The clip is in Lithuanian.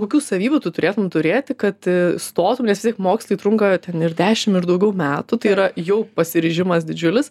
kokių savybių tu turėtum turėti kad stotum nes vistiek mokslai trunka ten ir dešim ir daugiau metų tai yra jau pasiryžimas didžiulis